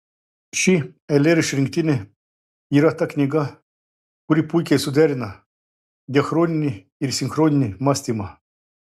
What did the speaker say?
ši eilėraščių rinktinė yra ta knyga kuri puikiai suderina diachroninį ir sinchroninį mąstymą